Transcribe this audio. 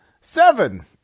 Seven